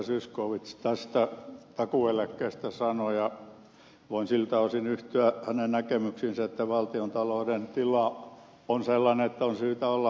zyskowicz tästä takuueläkkeestä sanoi ja voin siltä osin yhtyä hänen näkemyksiinsä että valtiontalouden tila on sellainen että on syytä olla huolissaan